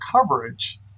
coverage